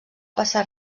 passar